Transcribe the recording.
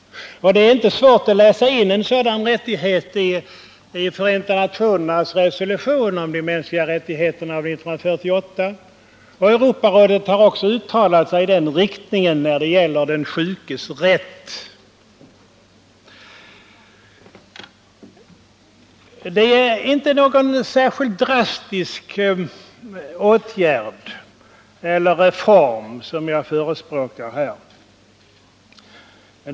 Och det är inte svårt att läsa in en sådan rättighet i Förenta nationernas resolution från 1948 om de mänskliga rättigheterna. Europarådet har också uttalat sig i denna riktning när det gäller den sjukes rätt. Det är inte någon särskilt drastisk reform som jag här förespråkar.